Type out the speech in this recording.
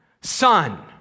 Son